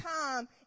time